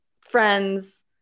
friends